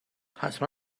حتما